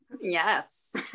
Yes